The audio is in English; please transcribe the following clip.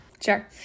Sure